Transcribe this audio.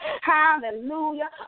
Hallelujah